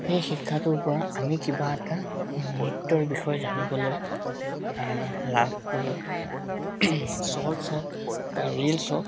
সেই শিক্ষাটোৰ পৰা আমি কিবা এটা নৃত্যৰ বিষয়ে জানিবলৈ লাভ কৰোঁ শ্বৰ্টছ হওঁক বা ৰীল্ছ হওঁক